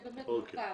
זה באמת מורכב.